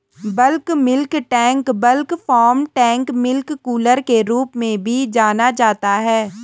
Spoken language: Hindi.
bulk milk tank bulk farm tank milk cooler के रूप में भी जाना जाता है,